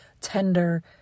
tender